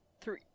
three